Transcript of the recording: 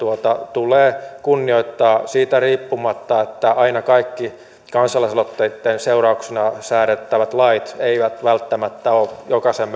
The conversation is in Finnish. tulee kunnioittaa siitä riippumatta että aina kaikki kansalaisaloitteitten seurauksena säädettävät lait eivät välttämättä ole jokaisen